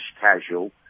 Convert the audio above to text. casual